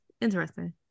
Interesting